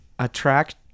Attract